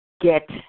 get